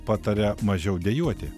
pataria mažiau dejuoti